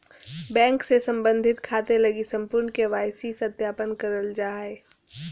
bank से संबंधित खाते लगी संपूर्ण के.वाई.सी सत्यापन करल जा हइ